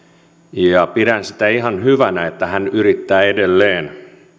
ja pidän sitä ihan hyvänä että hän yrittää edelleen